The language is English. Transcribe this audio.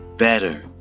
Better